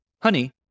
honey